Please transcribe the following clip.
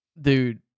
Dude